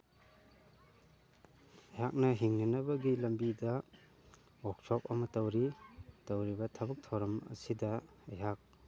ꯑꯩꯍꯥꯛꯅ ꯍꯤꯡꯅꯅꯕꯒꯤ ꯂꯝꯕꯤꯗ ꯋꯥꯛꯁꯣꯞ ꯑꯃ ꯇꯧꯔꯤ ꯇꯧꯔꯤꯕ ꯊꯕꯛ ꯊꯧꯔꯝ ꯑꯁꯤꯗ ꯑꯩꯍꯥꯛ